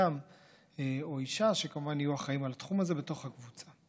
אדם או אישה שכמובן יהיו אחראים לתחום הזה בתוך הקבוצה.